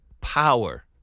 power